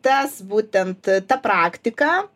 tas būtent ta praktika